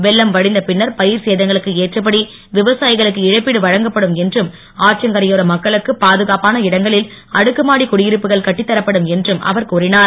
வெள்ளம் வடிந்த பின்னர் பயிர் சேதங்களுக்கு ஏற்றபடி விவசாயிகளுக்கு இழப்பீடு வழங்கப்படும் என்றும் ஆற்றங்கரையோர மக்களுக்கு பாதுகாப்பான இடங்களில் அடுக்குமாடி குடியிருப்புகள் கட்டித் தரப்படும் என்றும் அவர் கூறினார்